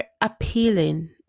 appealing